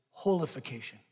holification